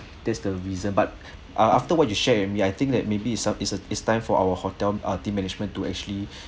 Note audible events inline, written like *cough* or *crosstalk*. that's the reason but ah after what you share with me I think that maybe it's a it's a it's time for our hotel ah team management to actually *breath*